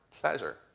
pleasure